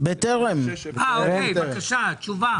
- יש לנו תשובה